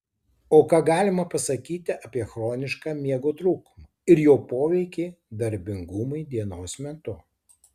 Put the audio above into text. o ką galima pasakyti apie chronišką miego trūkumą ir jo poveikį darbingumui dienos metu